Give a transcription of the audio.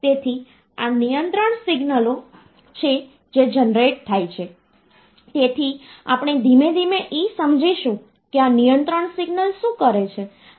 તેથી આ રીપ્રેસનટેશન એક ખૂબ જ મહત્વપૂર્ણ મુદ્દો છે અને તે રીપ્રેસનટેશન તમે કમ્પ્યુટર સિસ્ટમમાં સંખ્યાને કેવી રીતે રજૂ કરવા જઈ રહ્યા છો તે એક મૂળભૂત ભાગ હોય છે જેમ કે આ પ્રોસેસર્સ તેઓ તેના ઉપર કેવી રીતે પ્રક્રિયા કરશે